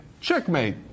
checkmate